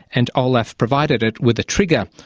and olaf provided it with a trigger,